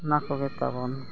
ᱚᱱᱟ ᱠᱚᱜᱮᱛᱟᱵᱚᱱ